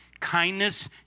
kindness